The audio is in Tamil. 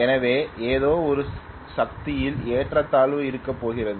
எனவே ஏதோ ஒரு சக்தியில் ஏற்றத்தாழ்வு இருக்கப்போகிறது